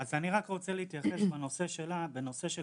אני רק רוצה להתייחס לנושא של קנביס,